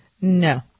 No